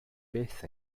byth